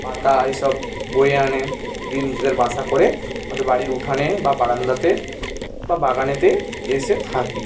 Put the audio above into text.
পাতা এসব বয়ে আনে দিয়ে নিজেদের বাসা করে আমাদের বাড়ির উঠানে বা বারান্দাতে বা বাগানেতে এসে থাকে